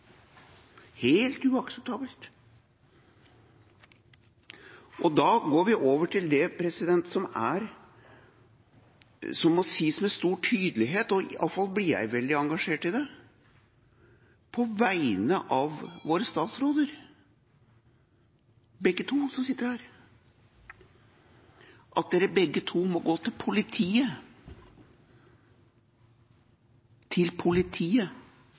helt uakseptabelt. Da går vi over til det som må sies med stor tydelighet – iallfall blir jeg veldig engasjert i det – på vegne av våre statsråder, begge to som sitter her: At de begge to må gå til politiet – til politiet